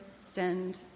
send